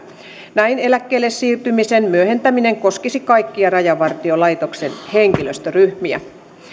näin eläkkeelle siirtymisen myöhentäminen koskisi kaikkia rajavartiolaitoksen henkilöstöryhmiä